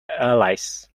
alice